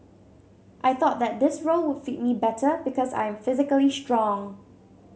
I thought that this role would fit me better because I am physically strong